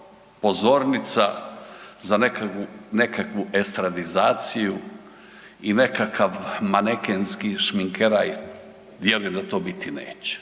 pozornica za nekakvu estradizaciju i nekakav manekenski šminkeraj, vjerujem da to biti neće.